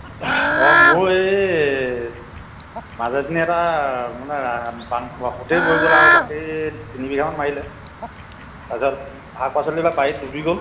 অঁ মোৰ এই মাজৰ খিনি এটা মানে সোঁতেই বৈ গ'ল আৰু বাকী তিনি বিঘা মান মাৰিলে তাৰ পাছত শাক পাচলি বিলাক বাৰীত ডুবি গ'ল